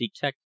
detect